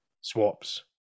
swaps